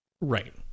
Right